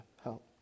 help